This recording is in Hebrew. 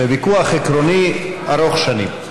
זה ויכוח עקרוני ארוך שנים.